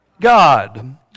God